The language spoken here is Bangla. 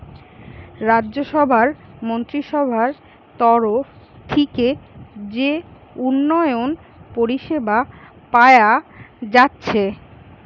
রাজ্যসভার মন্ত্রীসভার তরফ থিকে যে উন্নয়ন পরিষেবা পায়া যাচ্ছে